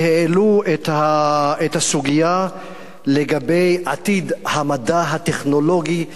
והעלו את הסוגיה לגבי עתיד המדע הטכנולוגי,